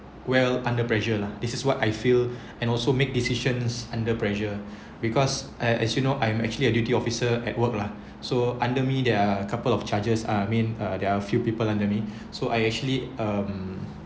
well under pressure lah this is what I feel and also make decisions under pressure because as you know I'm actually a duty officer at work lah so under me there are a couple of charges I mean uh there are a few people under me so I actually um